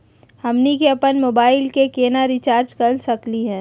हमनी के अपन मोबाइल के केना रिचार्ज कर सकली हे?